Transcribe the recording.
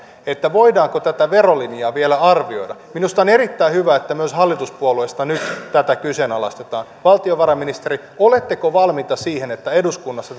voidaanko tätä verolinjaa vielä arvioida minusta on erittäin hyvä että myös hallituspuolueista nyt tätä kyseenalaistetaan valtiovarainministeri oletteko valmiita siihen että eduskunnassa